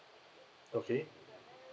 okay